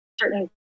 certain